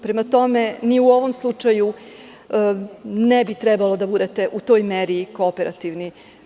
Prema tome, ni u ovom slučaju ne bi trebalo da budete u toj meri kooperativni.